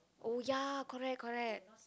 oh ya correct correct